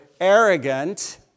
arrogant